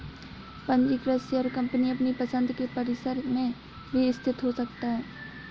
पंजीकृत share company अपनी पसंद के परिसर में भी स्थित हो सकता है